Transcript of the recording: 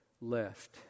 left